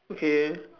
okay